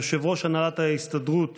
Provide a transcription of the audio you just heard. יושב-ראש הנהלת ההסתדרות